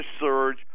surge